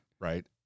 right